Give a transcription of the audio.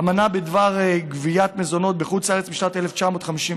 האמנה בדבר גביית מזונות בחוץ לארץ, משנת 1956,